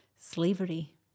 slavery